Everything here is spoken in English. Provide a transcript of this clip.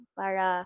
para